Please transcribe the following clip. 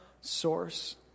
source